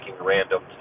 random